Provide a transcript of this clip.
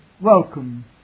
welcome